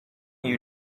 you